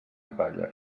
palla